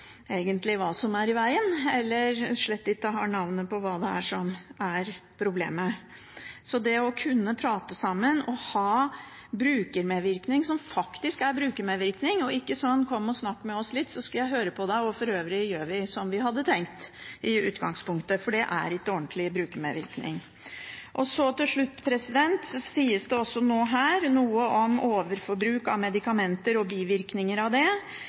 hva som er i veien, eller slett ikke har navnet på hva som er problemet. Det å kunne prate sammen og ha brukermedvirkning, som faktisk er brukermedvirkning, og ikke sånn «kom og snakk med oss, så skal vi høre på deg, og for øvrig gjør vi som vi hadde tenkt i utgangspunktet». Det er ikke ordentlig brukermedvirkning. Til slutt sies det også noe om overforbruk av medikamenter og bivirkninger av det.